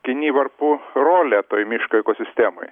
kinivarpų rolę toj miško ekosistemoj